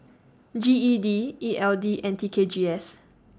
G E D E L D and T K G S